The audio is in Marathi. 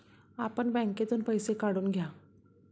आपण बँकेतून पैसे काढून घ्या